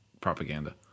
propaganda